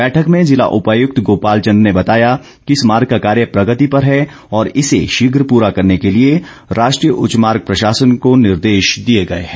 बैठक में जिला उपायुक्त गोपाल चंद ने बताया कि इस मार्ग का कार्य प्रगती पर है और इसे शीघ पूरा करने के लिए राष्ट्रीय उच्च मार्गे प्रशासन को निर्देश दिए गए है